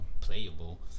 Playable